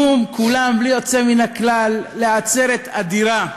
כלום, כולם בלי יוצא מן הכלל, לעצרת אדירה,